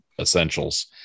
essentials